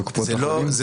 זה